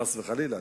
חס וחלילה,